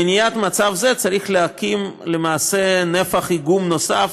למניעת מצב זה צריך להקים למעשה נפח איגום נוסף,